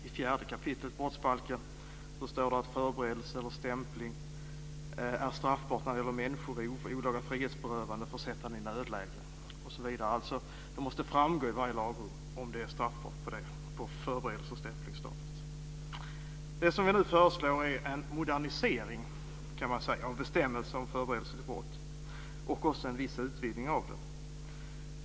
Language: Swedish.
I 4 kap. brottsbalken står det att förberedelse eller stämpling är straffbart när det gäller människorov, olaga frihetsberövande, försättande i nödläge osv. Det måste alltså framgå i varje lagrum om det är straffbart på förberedelse och stämplingsstadiet. Det som vi nu föreslår är en modernisering, kan man säga, av bestämmelsen om förberedelse till brott och också en viss utvidgning av den.